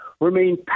remain